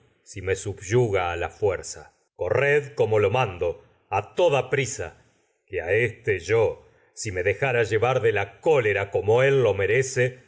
a me subyuga que a a la fuerza corred yo lo mando de la toda prisa como éste si me dejara llevar cólera ma él lo merece